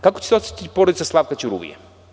Kako će se osećati porodica Slavka Ćuruvije?